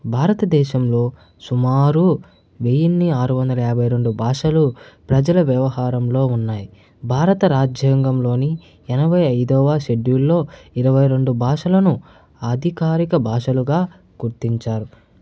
భారతదేశంలో సుమారు వెయ్యిన్ని ఆరు వందల యాభై రెండు భాషలు ప్రజల వ్యవహారంలో ఉన్నాయి భారత రాజ్యాంగంలోని ఎనభై ఐదవ షెడ్యూల్ లో ఇరవై రెండు భాషలను అధికారిక భాషలుగా గుర్తించారు